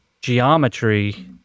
geometry